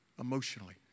emotionally